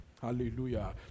Hallelujah